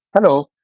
Hello